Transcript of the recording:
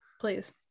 please